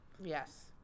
Yes